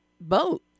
boat